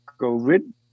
COVID